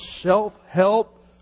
self-help